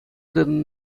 тытӑннӑ